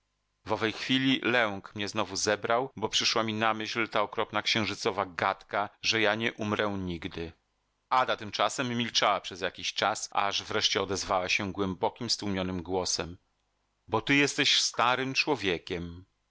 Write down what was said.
owej chwili lęk mnie znowu zebrał bo przyszła mi na myśl ta okropna księżycowa gadka że ja nie umrę nigdy ada tymczasem milczała przez jakiś czas aż wreszcie odezwała się głębokim stłumionym głosem bo ty jesteś starym człowiekiem